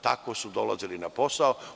Tako su dolazili na posao.